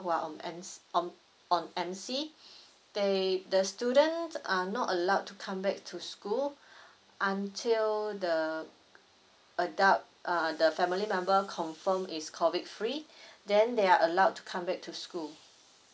who are on M~ on on emcee they the student are not allowed to come back to school until the adult uh the family member confirm is COVID free then they are allowed to come back to school